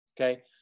Okay